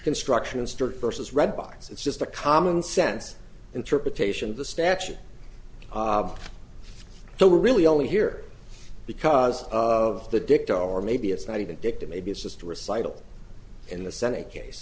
construction start versus red box it's just a commonsense interpretation of the statute so we're really only here because of the dicta or maybe it's not even dick to maybe it's just a recital in the senate case